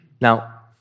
Now